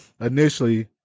initially